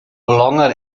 longer